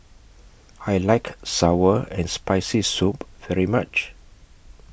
I like Sour and Spicy Soup very much